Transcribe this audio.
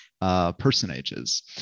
personages